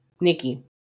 Nikki